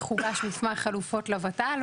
הוגש מסמך חלופות לות"ל,